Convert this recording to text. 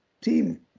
team